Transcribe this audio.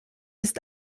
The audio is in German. ist